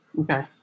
Okay